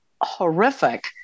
horrific